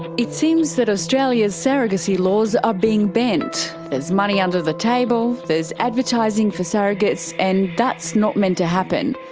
it. it seems that australia's surrogacy laws are being bent. there's money under the table, there's advertising for surrogates and that's not meant to happen.